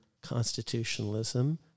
constitutionalism